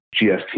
GST